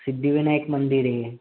सिद्धिविनायक मंदिर आहे